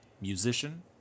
musician